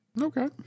Okay